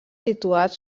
situat